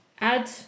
add